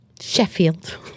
Sheffield